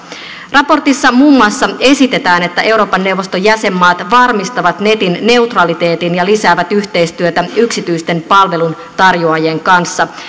raportissa muun muassa esitetään että euroopan neuvoston jäsenmaat varmistavat netin neutraliteetin ja lisäävät yhteistyötä yksityisten palveluntarjoajien kanssa